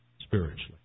spiritually